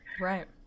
right